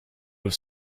have